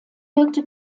wirkte